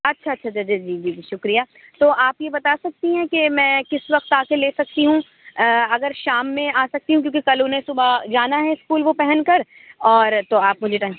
اچھا اچھا اچھا جی جی جی شُکریہ تو آپ یہ بتا سکتی ہیں کہ میں کس وقت آ کے لے سکتی ہوں اگر شام میں آ سکتی ہوں کیونکہ کل اُنہیں صُبح جانا ہے اسکول وہ پہن کر اور تو آپ مجھے